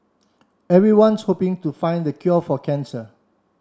everyone's hoping to find the cure for cancer